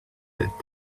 that